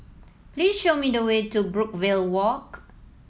please show me the way to Brookvale Walk